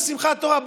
בשמחת תורה,